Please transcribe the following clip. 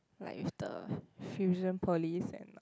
like with the Fusionopolis and